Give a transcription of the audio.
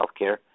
healthcare